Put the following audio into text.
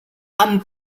amb